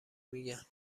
میگن